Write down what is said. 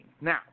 Now